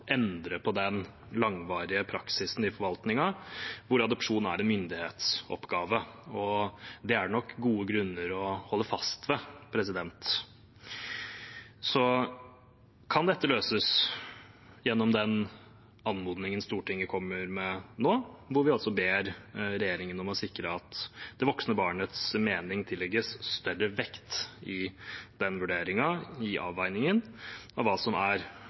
endre på den langvarige praksisen i forvaltningen, hvor adopsjon er en myndighetsoppgave. Det er det nok gode grunner til å holde fast ved. Dette kan løses gjennom det anmodningsforslaget Stortinget kommer med nå, hvor vi altså ber regjeringen om å sikre at det voksne barnets mening tillegges større vekt i den vurderingen, i avveiningen, av hva som er